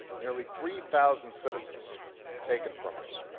nearly three thousand citizens taken from us,